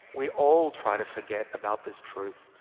we all try to forget about this truth.